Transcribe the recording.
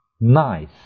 nice